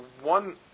one